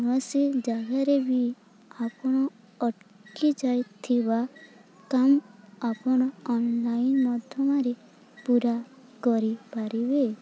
କୌଣସି ଜାଗାରେ ବି ଆପଣ ଅଟକି ଯାଇଥିବା କାମ ଆପଣ ଅନଲାଇନ୍ ମାଧ୍ୟମରେ ପୂରା କରିପାରିବେ